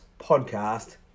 podcast